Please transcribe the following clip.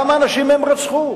כמה אנשים הם רצחו?